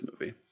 movie